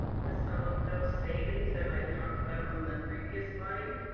with some of those savings that i talked about on the previous slide.